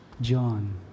John